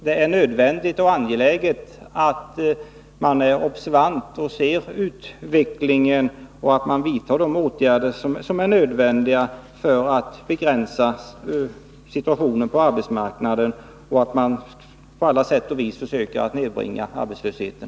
Det är angeläget att vara observant och iaktta utvecklingen samt att vidta de åtgärder som är nödvändiga för att förbättra den allvarliga situationen på arbetsmarknaden. Vi måste på alla sätt och vis försöka nedbringa arbetslösheten.